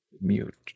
mute